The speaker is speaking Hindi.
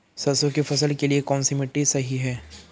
सरसों की फसल के लिए कौनसी मिट्टी सही हैं?